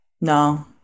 No